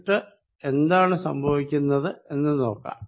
എന്നിട്ട് എന്താണ് സംഭവിക്കുന്നത് എന്ന് നോക്കാം